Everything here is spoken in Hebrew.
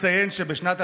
בבקשה.